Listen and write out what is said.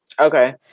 Okay